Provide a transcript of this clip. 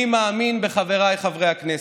אני מאמין בחבריי חברי הכנסת.